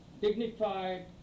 dignified